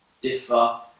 differ